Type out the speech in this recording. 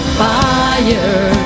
fire